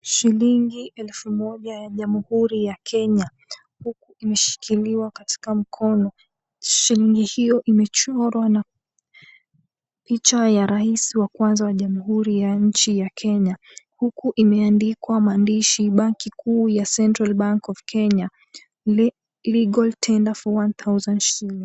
Shilingi 1,000 ya Jamhuri ya Kenya huku imeshikiliwa katika mkono. Shilingi hiyo imechorwa na picha ya Rais wa kwanza wa Jamhuri ya nchi ya Kenya huku imeandikwa maandishi, Banki Kuu ya Central Bank of Kenya, Legal Tender for 1000 shillings.